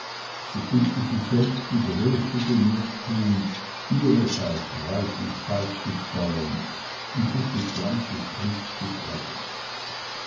so fühlte sie selbst die größte genugtuung ihrerseits reichlich beizusteuern und sich des glanzes mitzufreuen